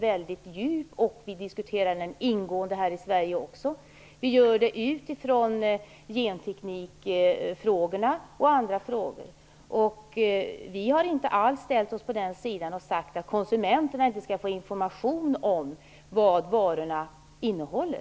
Också i Sverige diskuteras detta ingående, utifrån bl.a. genteknikfrågorna. Vi har inte ställt oss på nämnda sida och sagt att konsumenterna inte skall få information om vad varorna innehåller.